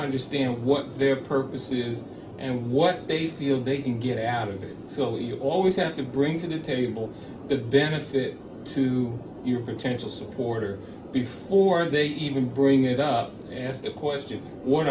understand what their purpose is and what they feel they can get out of it so you always have to bring to the table the benefit to your potential supporter before they even bring it up and ask the question what